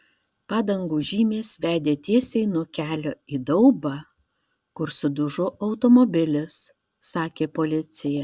padangų žymės vedė tiesiai nuo kelio į daubą kur sudužo automobilis sakė policija